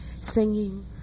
singing